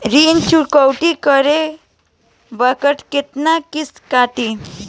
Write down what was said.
ऋण चुकौती करे बखत केतना किस्त कटी?